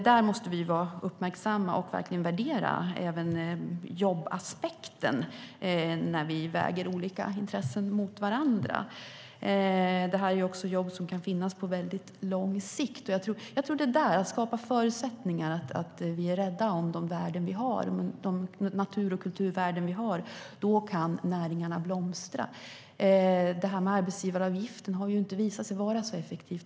Vi måste vara uppmärksamma på och verkligen värdera även jobbaspekten när vi väger olika intressen mot varandra. När det gäller arbetsgivaravgiften har den inte visat sig vara särskilt effektiv.